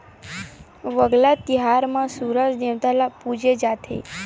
वांगला तिहार म सूरज देवता ल पूजे जाथे